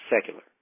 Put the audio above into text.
secular